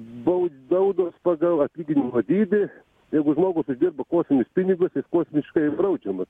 baud baudos pagal atlyginimo dydį jeigu žmogus uždirba kosminius pinigus jis kosmiškai ir baudžiamas